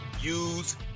use